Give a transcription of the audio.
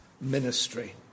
ministry